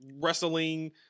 wrestling